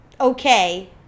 okay